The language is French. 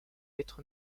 être